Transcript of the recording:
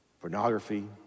pornography